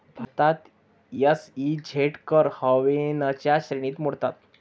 भारतात एस.ई.झेड कर हेवनच्या श्रेणीत मोडतात